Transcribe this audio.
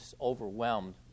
overwhelmed